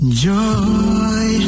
Joy